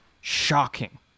shocking